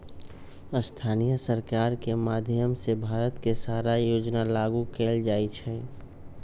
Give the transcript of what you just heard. स्थानीय सरकार के माधयम से भारत के सारा योजना लागू कएल जाई छई